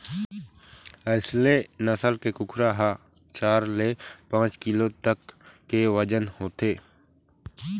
असेल नसल के कुकरा ह चार ले पाँच किलो तक के बजन होथे